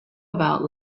about